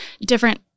different